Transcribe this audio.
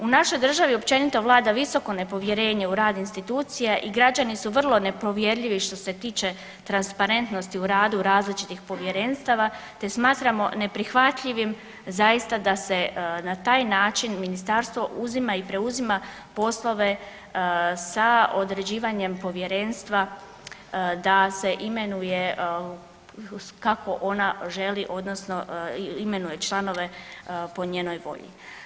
U našoj državi općenito vlada visoko nepovjerenje u rad institucije i građani su vrlo nepovjerljivi što se tiče transparentnosti u radu različitih povjerenstava, te smatramo neprihvatljivim zaista da se na taj način ministarstvo uzima i preuzima poslove sa određivanjem povjerenstva da se imenuje kako ona želi odnosno imenuje članove po njenoj volji.